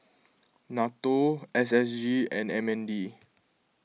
Nato S S G and M N D